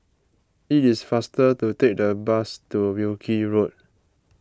it is faster to take the bus to Wilkie Road